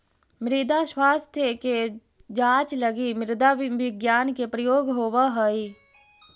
मृदा स्वास्थ्य के जांच लगी मृदा विज्ञान के प्रयोग होवऽ हइ